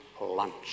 lunch